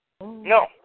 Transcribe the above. No